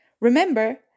Remember